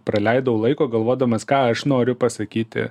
praleidau laiko galvodamas ką aš noriu pasakyti